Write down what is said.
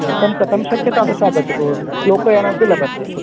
भवतं कथं शक्यते तादृशम् आगच्छतु लोकयानमपि लभ्यते